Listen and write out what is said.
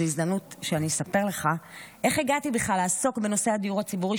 זאת הזדמנות שאני אספר לך איך הגעתי בכלל לעסוק בנושא הדיור הציבורי,